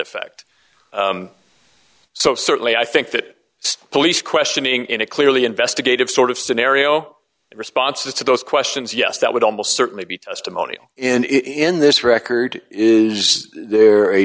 effect so certainly i think that police questioning in a clearly investigative sort of scenario responses to those questions yes that would almost certainly be true money in this record is there